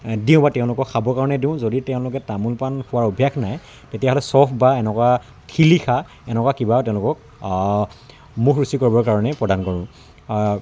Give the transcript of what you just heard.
দিওঁ বা তেওঁলোকক খাবৰ কাৰণে দিওঁ যদি তেওঁলোকৰ তামোল পান খোৱাৰ অভ্যাস নাই তেতিয়াহ'লে ছ'ফ বা এনেকুৱা শিলিখা এনেকুৱা কিবা তেওঁলোকক মুখ ৰুচি কৰিবৰ কাৰণে প্ৰদান কৰোঁ